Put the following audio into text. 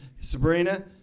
Sabrina